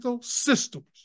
systems